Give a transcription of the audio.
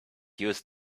used